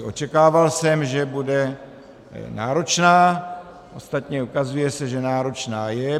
Očekával jsem, že bude náročná, ostatně ukazuje se, že náročná je.